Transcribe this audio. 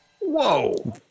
Whoa